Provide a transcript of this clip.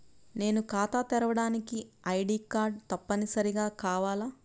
నేను ఖాతా తెరవడానికి ఐ.డీ కార్డు తప్పనిసారిగా కావాలా?